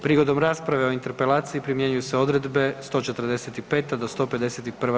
Prigodom rasprave o interpelaciji primjenjuju se odredbe 145. do 151.